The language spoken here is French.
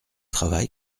travail